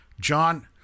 John